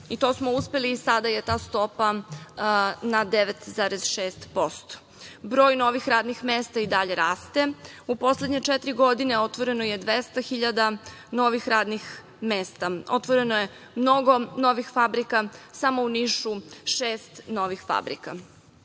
To smo uspeli i sada je ta stopa na 9,6%. Broj novih radnih mesta i dalje raste. U poslednje četiri godine otvoreno je 200 hiljada novih radnih mesta. Otvoreno je mnogo novih fabrika, samo u Nišu šest novih fabrika. Niš